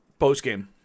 postgame